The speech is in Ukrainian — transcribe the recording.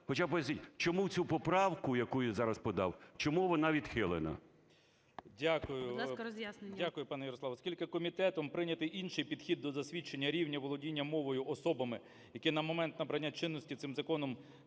хоча б поясніть, чому цю поправку, яку я зараз подав, чому вона відхилена?